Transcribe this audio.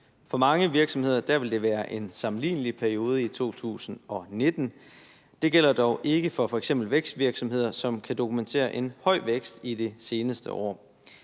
For mange virksomheder vil det være en sammenlignelig periode i 2019, men det gælder dog ikke for f.eks. vækstvirksomheder, som kan dokumentere en høj vækst i det seneste år.